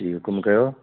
जी हुकुम कयो